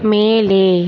மேலே